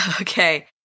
Okay